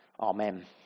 Amen